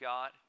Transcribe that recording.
God